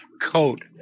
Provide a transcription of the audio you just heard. coat